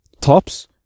Tops